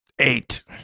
Eight